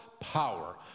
power